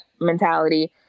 mentality